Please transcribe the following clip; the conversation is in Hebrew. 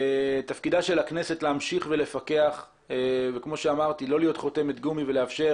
תפקידה של הכנסת הוא להמשיך ולפקח וכמו שאמרתי לא להיות חותמת גומי ולאפשר